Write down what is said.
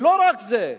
ולא רק זה,